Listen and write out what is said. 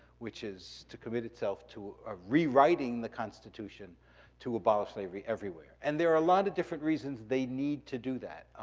which is to commit itself to ah rewriting the constitution to abolish slavery everywhere. and there are a lot of different reasons they need to do that.